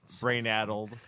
brain-addled